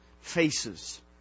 faces